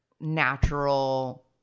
natural